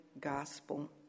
gospel